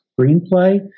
screenplay